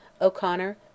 O'Connor